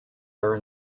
are